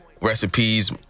recipes